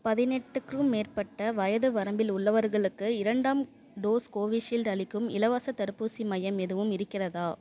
பதினெட்டுக்கும் மேற்பட்ட வயது வரம்பில் உள்ளவர்களுக்கு இரண்டாம் டோஸ் கோவிஷீல்டு அளிக்கும் இலவசத் தடுப்பூசி மையம் எதுவும் இருக்கிறதா